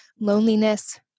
loneliness